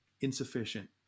insufficient